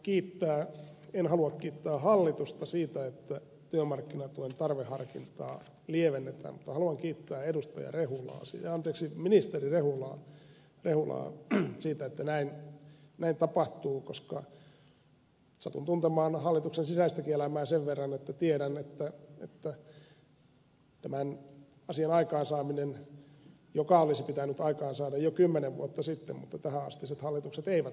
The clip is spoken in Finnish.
en halua kiittää hallitusta siitä että työmarkkinatuen tarveharkintaa lievennetään mutta haluan kiittää ministeri rehulaa siitä että näin tapahtuu koska satun tuntemaan hallituksen sisäistäkin elämää sen verran että tiedän että on merkittävää tämän asian aikaansaaminen joka olisi pitänyt aikaansaada jo kymmenen vuotta sitten mutta tähänastiset hallitukset eivät ole sitä aikaansaaneet